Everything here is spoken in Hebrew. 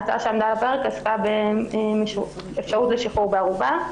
ההצעה שעמדה על הפרק עסקה באפשרות לשחרור בערובה.